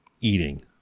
eating